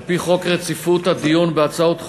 תודה, על-פי חוק רציפות הדיון בהצעות חוק,